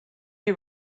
you